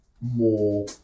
more